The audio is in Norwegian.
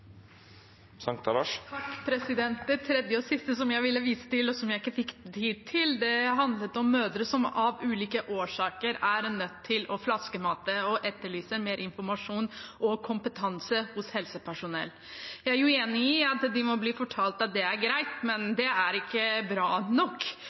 Det tredje og siste jeg ville vise til, og som jeg ikke fikk tid til, handlet om mødre som av ulike årsaker er nødt til å flaskemate, og som etterlyser mer informasjon og kompetanse hos helsepersonell. Jeg er enig i at de må bli fortalt at det er greit,